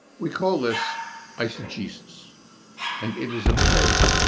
we call this eisegesis, and it is a plague.